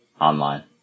online